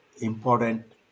important